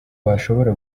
washobora